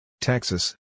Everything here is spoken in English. Texas